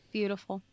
Beautiful